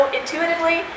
intuitively